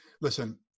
listen